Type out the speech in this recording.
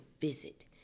visit